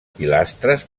pilastres